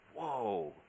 whoa